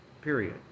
Period